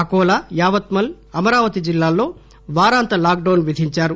Akola Yavatmal Amravati జిల్లాల్లో వారాంత lockdown విధించారు